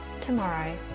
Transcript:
tomorrow